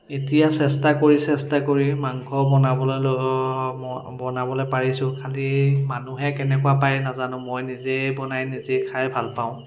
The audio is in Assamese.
এতিয়া চেষ্টা কৰি চেষ্টা কৰি মাংস বনাবলৈ বনাবলৈ পাৰিছোঁ খালী মানুহে কেনেকুৱা পায় নাজানো মই নিজেই বনাই নিজেই খাই ভাল পাওঁ